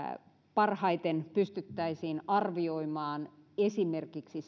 parhaiten pystyttäisiin arvioimaan esimerkiksi